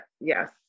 yes